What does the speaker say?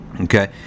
okay